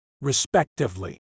respectively